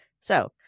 So-